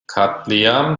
katliam